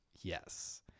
Yes